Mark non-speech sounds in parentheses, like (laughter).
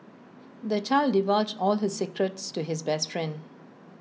(noise) the child divulged all his secrets to his best friend